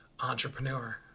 Entrepreneur